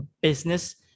business